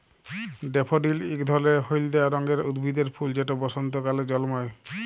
daffodil ইক ধরলের হইলদা রঙের উদ্ভিদের ফুল যেট বসল্তকালে জল্মায়